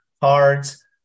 cards